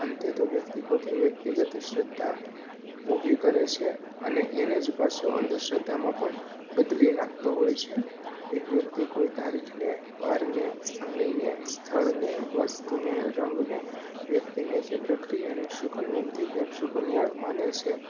અંતે તો વ્યક્તિ પોતે વ્યક્તિગત શ્રદ્ધા ઊભી કરે છે અને એને જ પાછો અંધશ્રદ્ધામાં પણ બદલી નાખતો હોય છે એક વ્યક્તિ કોઈ તારીખને વારને સમયને સ્થળને વસ્તુને રંગને વ્યક્તિને કે પ્રકિયાને શુકનવંતી કે અપસશુકન્ય માને છે